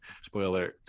spoiler